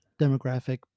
demographic